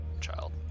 child